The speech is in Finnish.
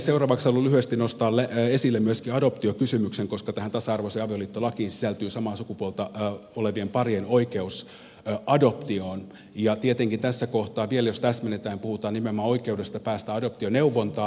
seuraavaksi haluan lyhyesti nostaa esille myöskin adoptiokysymyksen koska tähän tasa arvoiseen avioliittolakiin sisältyy samaa sukupuolta olevien parien oikeus adoptioon ja tietenkin tässä kohtaa vielä jos täsmennetään puhutaan nimenomaan oikeudesta päästä adoptioneuvontaan